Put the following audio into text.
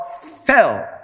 fell